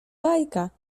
bajka